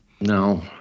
No